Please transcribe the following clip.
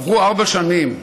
עברו ארבע שנים,